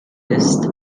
ist